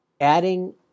adding